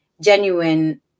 genuine